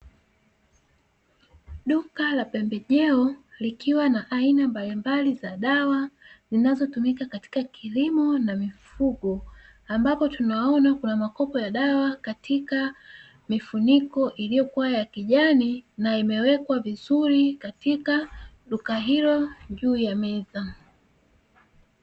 Duka la pembejeo likiwa na aina mbalimbali za dawa zinazotumika katika kilimo na mifugo ambapo, tunaona kuna makopo ya dawa katika mifuniko iliyokuwa ya kijani na imewekwa vizuri katika duka hilo juu ya meza.